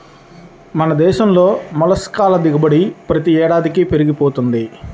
మన దేశంలో మొల్లస్క్ ల దిగుబడి ప్రతి ఏడాదికీ పెరిగి పోతున్నది